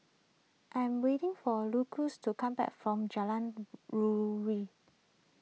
I am waiting for Lucio to come back from Jalan Ruri